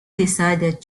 decided